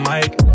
Mike